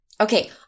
Okay